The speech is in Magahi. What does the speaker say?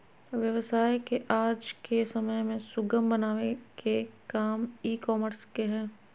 व्यवसाय के आज के समय में सुगम बनावे के काम ई कॉमर्स के हय